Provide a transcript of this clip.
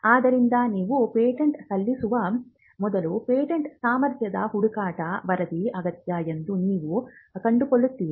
ಆದ್ದರಿಂದ ನೀವು ಪೇಟೆಂಟ್ ಸಲ್ಲಿಸುವ ಮೊದಲು ಪೇಟೆಂಟ್ ಸಾಮರ್ಥ್ಯದ ಹುಡುಕಾಟ ವರದಿ ಅಗತ್ಯ ಎಂದು ನೀವು ಕಂಡುಕೊಳ್ಳುತ್ತೀರಿ